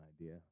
idea